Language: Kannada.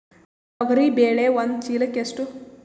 ತೊಗರಿ ಬೇಳೆ ಒಂದು ಚೀಲಕ ಎಷ್ಟು?